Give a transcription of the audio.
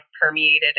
permeated